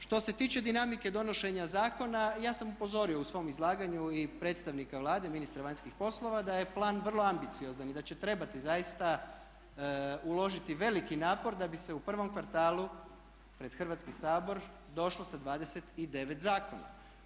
Što se tiče dinamike donošenja zakona ja sam upozorio u svom izlaganju i predstavnika Vlade ministra vanjskih poslova da je plan vrlo ambiciozan i da će trebati zaista uložiti veliki napor da bi se u prvom kvartalu pred Hrvatski sabor došlo sa 29 zakona.